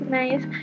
nice